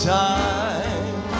time